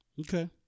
Okay